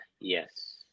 yes